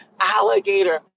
alligator